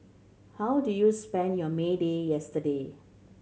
how did you spend your May Day yesterday